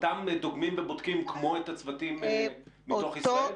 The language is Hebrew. אותם דוגמים ובודקים כמו את הצוותים בתוך ישראל?